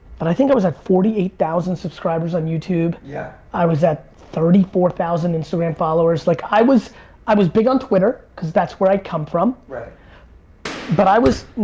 but i think i was at forty eight thousand subscribers on youtube. yeah i was at thirty four thousand instagram followers. like i was i was big on twitter, because that's where i come from. but i was,